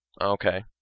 Okay